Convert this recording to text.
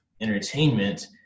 entertainment